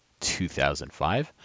2005